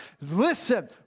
Listen